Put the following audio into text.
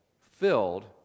filled